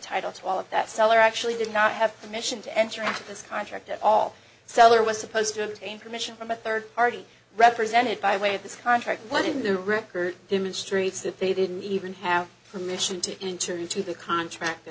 title to all of that seller actually did not have permission to enter into this contract at all seller was supposed to obtain permission from a third party represented by way of this contract what in the record demonstrates that they didn't even have permission to enter into the contract